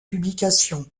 publications